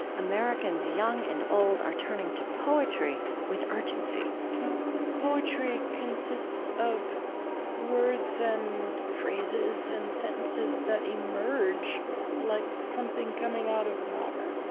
americans young and old are turning to poetry with urgency poetry consists of words and phrases and sentences that emerge like something coming out of water.